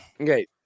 Okay